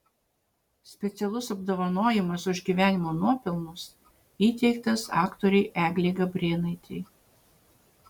specialus apdovanojimas už gyvenimo nuopelnus įteiktas aktorei eglei gabrėnaitei